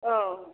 औ